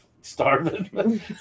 starving